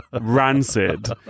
rancid